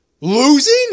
Losing